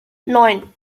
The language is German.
neun